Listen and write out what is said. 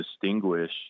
distinguish